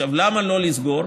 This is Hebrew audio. למה לא לסגור,